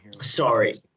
Sorry